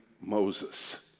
Moses